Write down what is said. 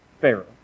Pharaoh